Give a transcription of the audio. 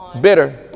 bitter